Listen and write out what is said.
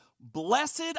Blessed